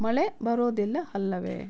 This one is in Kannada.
ಮಳೆ ಬರೋದಿಲ್ಲ ಅಲ್ಲವೇ